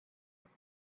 its